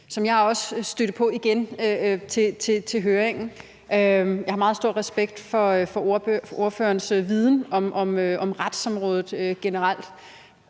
som jeg også støtte på igen ved høringen. Jeg har meget stor respekt for ordførerens viden om retsområdet generelt.